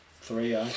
three